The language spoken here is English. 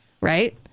right